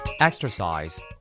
Exercise